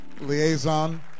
Liaison